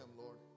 Lord